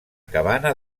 cabana